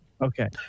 Okay